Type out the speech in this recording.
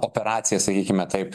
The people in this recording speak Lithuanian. operacija sakykime taip